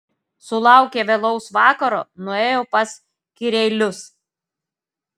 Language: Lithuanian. sulaukę vėlaus vakaro nuėjo pas kireilius